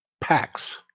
packs